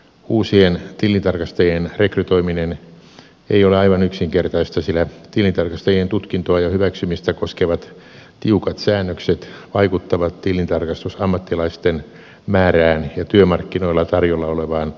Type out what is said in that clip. uusien tilintarkastajien rekrytoiminen ei ole aivan yksinkertaista sillä tilintarkastajien tutkintoa ja hyväksymistä koskevat tiukat säännökset vaikuttavat tilintarkastusammattilaisten määrään ja työmarkkinoilla tarjolla olevaan ammattiosaamiseen